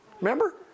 remember